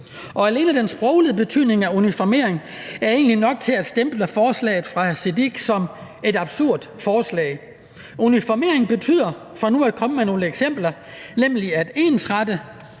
og alene den sproglige betydning af uniformering er egentlig nok til at stemple forslaget fra hr. Sikandar Siddique og andre som et absurd forslag. Uniformering betyder, for nu at komme med nogle eksempler, at ensrette,